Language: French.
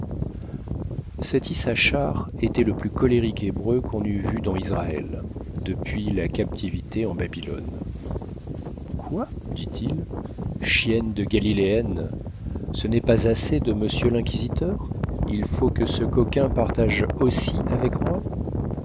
cet issachar était le plus colérique hébreu qu'on eût vu dans israël depuis la captivité en babylone quoi dit-il chienne de galiléenne ce n'est pas assez de monsieur l'inquisiteur il faut que ce coquin partage aussi avec moi